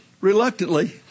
reluctantly